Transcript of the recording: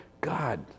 God